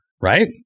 right